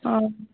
অঁ